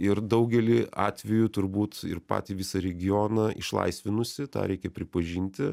ir daugelį atvejų turbūt ir patį visą regioną išlaisvinusi tą reikia pripažinti